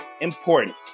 important